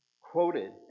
quoted